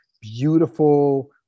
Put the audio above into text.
beautiful